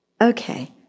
Okay